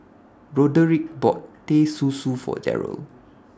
Roderic bought Teh Susu For Darrel